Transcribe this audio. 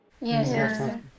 Yes